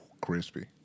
Crispy